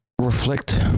reflect